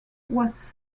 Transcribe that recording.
was